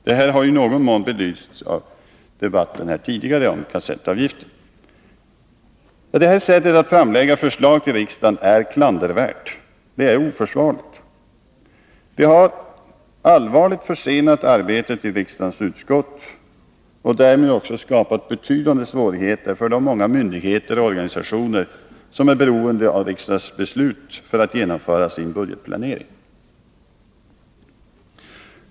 Detta har i någon mån belysts tidigare i debatten om kassettavgiften. Detta sätt att framlägga förslag till riksdagen är klandervärt. Det är oförsvarligt. Det har allvarligt försenat arbetet i riksdagens utskott, och därmed också skapat betydande svårigheter för de många myndigheter och organisationer som är beroende av riksdagsbeslut för att genomföra sin budgetplanering.